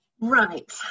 Right